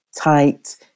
tight